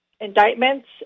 indictments